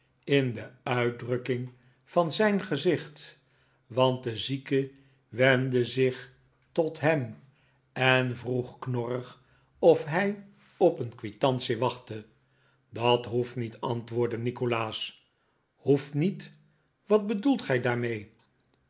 in de uitdrukking van hkty nikolaas nickleby zijn gezicht want de zieke wendde zich tot hem en vroeg knorrig of hij op een quitantie wachtte dat hoeft niet antwoordde nikolaas hoeft niet wat bedoelt gij daarmee